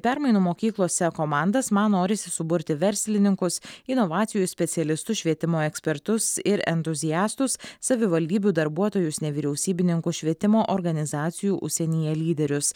permainų mokyklose komandas man norisi suburti verslininkus inovacijų specialistus švietimo ekspertus ir entuziastus savivaldybių darbuotojus nevyriausybininkus švietimo organizacijų užsienyje lyderius